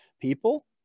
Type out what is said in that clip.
people